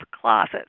closet